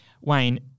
Wayne